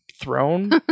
throne